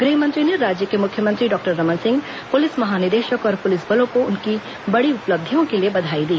गृहमंत्री ने राज्य के मुख्यमंत्री डॉक्टर रमन सिंह पुलिस महानिदेशक और पुलिस बलों को उनकी बड़ी उपलब्धियों के लिए बधाई दी